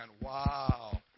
Wow